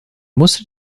musste